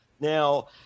now